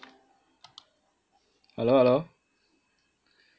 hello hello